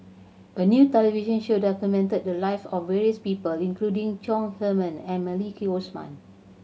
a new television show documented the live of various people including Chong Heman and Maliki Osman